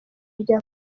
rya